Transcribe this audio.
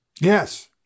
Yes